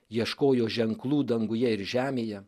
ieškojo ženklų danguje ir žemėje